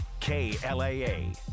KLAA